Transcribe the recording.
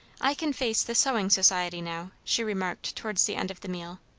i can face the sewing society now, she remarked towards the end of the meal.